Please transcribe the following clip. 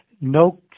no